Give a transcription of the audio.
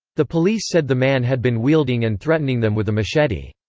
the police said the man had been wielding and threatening them with a machete.